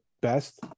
best